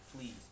please